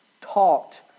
talked